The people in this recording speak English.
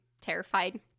terrified